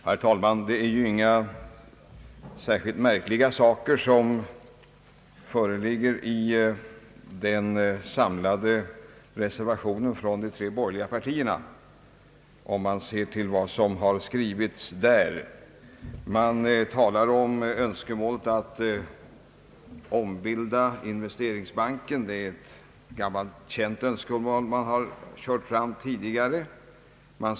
Herr talman! Det förekommer ju — ytligt sett — inte några särskilt märk liga saker i den samlade reservationen från de tre borgerliga partierna. Man talar om önskemålet att ombilda Investeringsbanken — ett önskemål som man har framfört även tidigare.